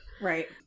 right